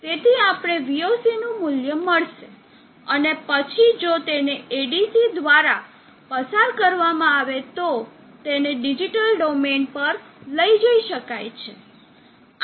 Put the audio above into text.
તેથી આપણને voc નું મૂલ્ય મળશે અને પછી જો તેને ADC દ્વારા પસાર કરવામાં આવે તો તેને ડિજિટલ ડોમેન પર લઈ જઈ શકાય છે